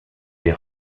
des